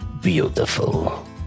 Beautiful